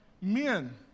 men